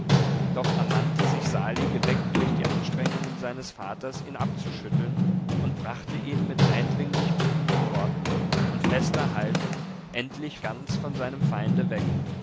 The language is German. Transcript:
doch ermannte sich sali geweckt durch die anstrengungen seines vaters ihn abzuschütteln und brachte ihn mit eindringlich bittenden worten und fester haltung endlich ganz von seinem feinde weg